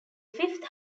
fifth